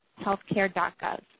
healthcare.gov